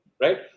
Right